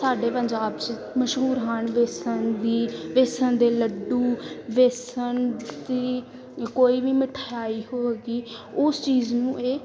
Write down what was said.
ਸਾਡੇ ਪੰਜਾਬ ਮਸ਼ਹੂਰ ਹਨ ਬੇਸਣ ਵੀ ਬੇਸਣ ਦੇ ਲੱਡੂ ਬੇਸਣ ਦੀ ਕੋਈ ਵੀ ਮਿਠਾਈ ਹੋ ਗਈ ਉਸ ਚੀਜ਼ ਨੂੰ ਇਹ